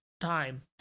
time